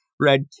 Red